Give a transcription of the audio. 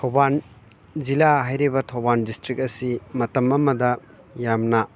ꯊꯧꯕꯥꯜ ꯖꯤꯜꯂꯥ ꯍꯥꯏꯔꯤꯕ ꯊꯧꯕꯥꯜ ꯗꯤꯁꯇ꯭ꯔꯤꯛ ꯑꯁꯤ ꯃꯇꯝ ꯑꯃꯗ ꯌꯥꯝꯅ